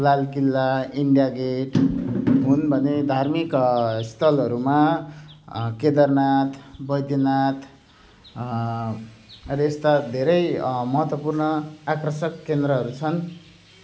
लाल किल्ला India gate हुन् भने धार्मिक स्थलहरूमा केदरनाथ बैद्यनाथ अहिले यस्ता धेरै महत्त्वपूर्ण आकर्षक केन्द्रहरू छन्